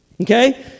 Okay